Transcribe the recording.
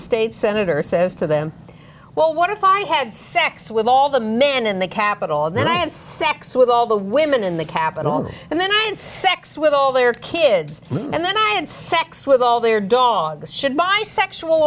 state senator says to them well what if i had sex with all the men in the capitol and then i had sex with all the women in the capital and then i know sex with all their kids and then i had sex with all their dogs should my sexual